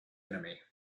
enemy